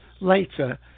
later